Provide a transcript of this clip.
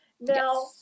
Now